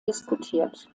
diskutiert